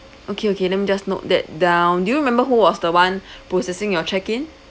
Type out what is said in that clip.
okay okay let me just note that down do you remember who was the one processing your check-in